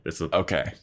Okay